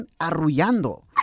arrullando